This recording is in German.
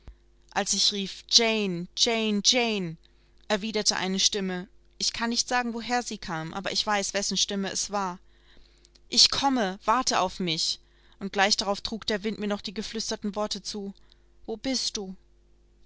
als ich rief jane jane jane erwiderte eine stimme ich kann nicht sagen woher sie kam aber ich weiß wessen stimme es war ich komme warte auf mich und gleich darauf trug der wind mir noch die geflüsterten worte zu wo bist du